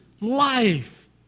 life